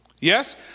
Yes